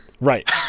Right